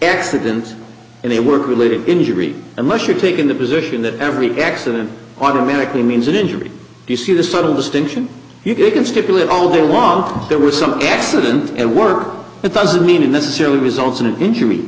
accident and a work related injury unless you're taking the position that every accident automatically means an injury you see the subtle distinction you can stipulate only want there were some accident and worth it doesn't mean necessarily result in an injury